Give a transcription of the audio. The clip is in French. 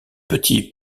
petit